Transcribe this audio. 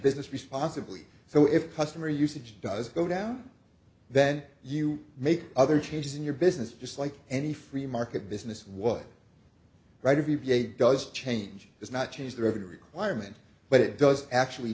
business responsibly so if customer usage does go down then you make other changes in your business just like any free market business was right if you gave does change does not change the revenue requirement but it does actually